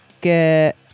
get